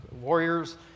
warriors